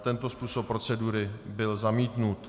Tento způsob procedury byl zamítnut.